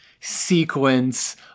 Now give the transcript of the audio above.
sequence